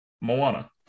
Moana